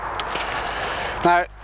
now